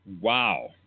Wow